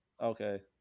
Okay